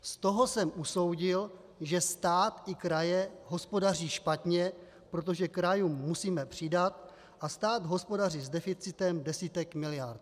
Z toho jsem usoudil, že stát i kraje hospodaří špatně, protože krajům musíme přidat a stát hospodaří s deficitem desítek miliard.